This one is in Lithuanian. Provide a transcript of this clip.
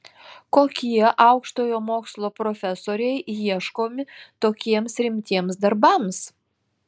kokie aukštojo mokslo profesoriai ieškomi tokiems rimtiems darbams